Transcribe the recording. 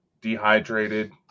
dehydrated